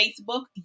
facebook